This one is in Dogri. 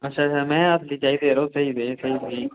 अच्छा अच्छा मैं अट्ठ चाहिदे हे यरो चाहिदे अट्ठ गी